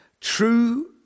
true